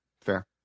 Fair